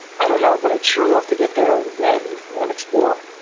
i don't know, but i'd sure love to get there and and and explore.